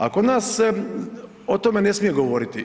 A kod nas se o tome ne smije govoriti.